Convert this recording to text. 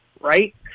right